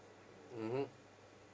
mmhmm